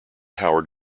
howard